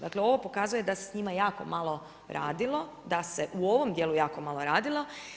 Dakle, ovo pokazuje da se sa njima jako malo radilo, da se u ovom dijelu jako malo radilo.